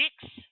six